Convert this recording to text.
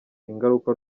ingaruka